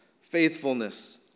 faithfulness